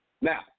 Now